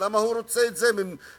למה הוא רוצה את זה מהפלסטינים,